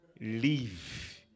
leave